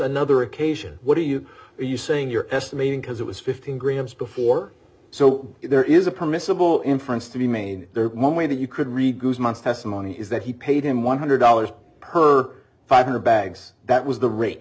another occasion what are you are you saying you're estimating because it was fifteen grams before so there is a permissible inference to be made there one way that you could read guzman's testimony is that he paid him one hundred dollars per five hundred dollars bags that was the rate